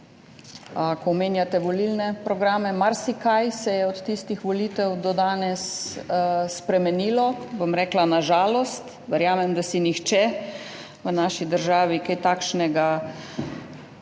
Ko omenjate volilne programe, marsikaj se je od tistih volitev do danes spremenilo, bom rekla na žalost, verjamem, da si nihče v naši državi česa takšnega